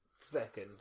Second